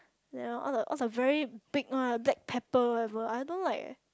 ye loh all the all the very big one black pepper whatever I don't like leh